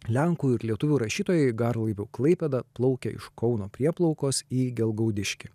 lenkų ir lietuvių rašytojai garlaiviu klaipėda plaukė iš kauno prieplaukos į gelgaudiškį